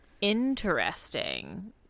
interesting